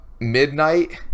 midnight